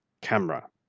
camera